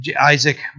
Isaac